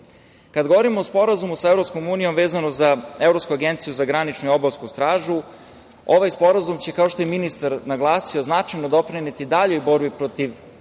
govorimo o Sporazumu sa EU vezano za Evropsku agenciju za graničnu i obalsku stražu, ovaj Sporazum će, kao što je ministar naglasio, značajno doprineti daljoj borbi protiv